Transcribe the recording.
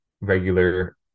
regular